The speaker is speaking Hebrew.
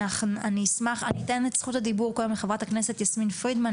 אני אתן את זכות הדיבור קודם לחברת הכנסת יסמין פרידמן,